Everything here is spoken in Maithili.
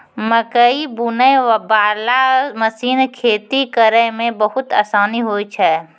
मकैइ बुनै बाला मशीन खेती करै मे बहुत आसानी होय छै